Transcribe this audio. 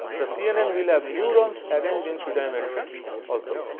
the cnn will have neurons arranged in three dimensions ah so